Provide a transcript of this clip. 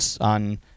on